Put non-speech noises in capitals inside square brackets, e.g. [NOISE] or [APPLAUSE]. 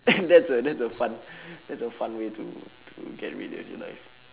[COUGHS] that's a that's a fun [BREATH] that's a fun way to to get rid of your life